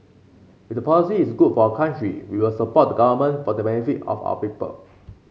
if the policy is good for our country we will support the government for the benefit of our people